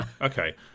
Okay